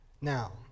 now